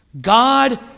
God